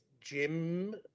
Jim